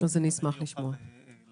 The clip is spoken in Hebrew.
אשמח אם גור יוכל להשלים